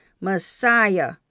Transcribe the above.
Messiah